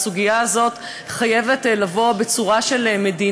ההתמודדות בסוגיה הזאת חייבת להיות של מדינות,